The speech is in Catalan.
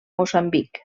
moçambic